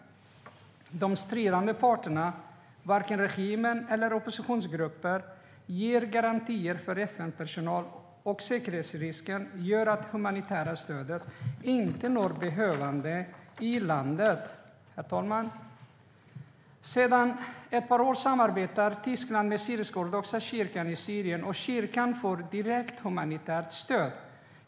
De stridande parterna, vare sig regimen eller opinionsgrupper, ger inga garantier för FN-personal. Säkerhetsrisken gör att det humanitära stödet inte når behövande i landet. Herr talman! Sedan ett par år samarbetar Tyskland med den syrisk-ortodoxa kyrkan i Syrien, och kyrkan får direkt humanitärt stöd.